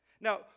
Now